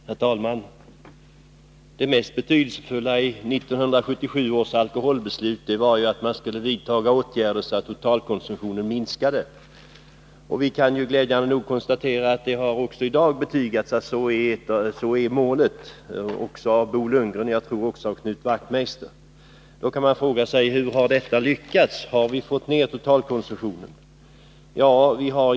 Herr talman! Det mest betydelsefulla i 1977 års alkoholpolitiska beslut var att det skulle vidtas åtgärder för att minska totalkonsumtionen av alkoholhaltiga drycker. Vi kan glädjande nog konstatera, vilket redan har betygats av Bo Lundgren och jag tror också av Knut Wachtmeister, att det målet har uppnåtts. På vilket sätt har då totalkonsumtionen minskat?